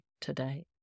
today